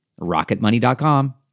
rocketmoney.com